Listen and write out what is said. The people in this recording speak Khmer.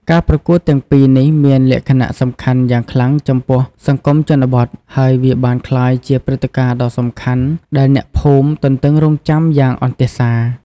ការប្រកួតទាំងពីរនេះមានសារៈសំខាន់យ៉ាងខ្លាំងចំពោះសង្គមជនបទ ហើយវាបានក្លាយជាព្រឹត្តិការណ៍ដ៏សំខាន់ដែលអ្នកភូមិទន្ទឹងរង់ចាំយ៉ាងអន្ទះសា។